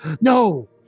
No